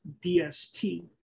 dst